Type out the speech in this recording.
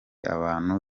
abantu